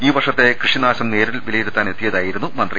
ഈ വർഷത്തെ കൃഷി നാശം നേരിൽ വിലയിരുത്താനെത്തിയതായിരുന്നു മന്ത്രി